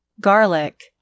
Garlic